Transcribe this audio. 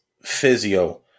physio